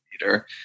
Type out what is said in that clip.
leader